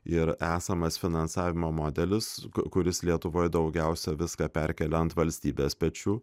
ir esamas finansavimo modelis kuris lietuvoje daugiausia viską perkelia ant valstybės pečių